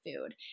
food